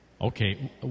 Okay